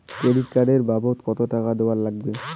Credit card এর বাবদ কতো টাকা দেওয়া লাগবে?